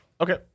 Okay